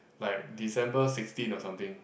like December sixteen or something